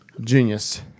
Genius